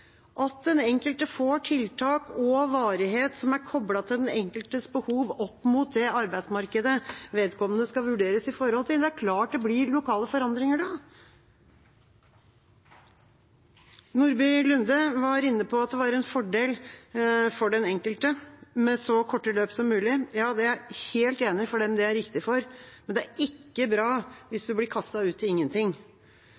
at den enkelte får tiltak og av en varighet som er koblet til den enkeltes behov opp mot det arbeidsmarkedet vedkommende skal vurderes i forhold til. Det er klart det blir lokale forskjeller da. Representanten Nordby Lunde var inne på at det var en fordel for den enkelte med så korte løp som mulig. Jeg er helt enig når det gjelder dem det er riktig for, men det er ikke bra